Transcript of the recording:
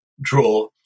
draw